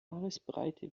haaresbreite